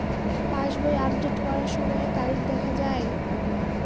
পাসবই update করার সময়ে তারিখ দেখা য়ায়?